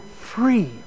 free